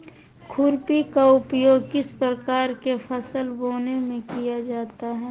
खुरपी का उपयोग किस प्रकार के फसल बोने में किया जाता है?